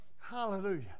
Hallelujah